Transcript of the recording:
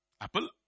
Apple